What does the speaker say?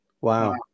Wow